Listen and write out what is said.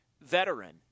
veteran